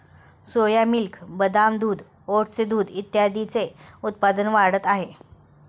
सोया milk, बदाम दूध, ओटचे दूध आदींचे उत्पादन वाढत आहे